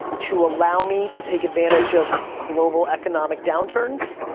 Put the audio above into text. to allow me to take advantage of global economic downturns,